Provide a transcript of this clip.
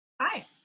Hi